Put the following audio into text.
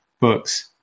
books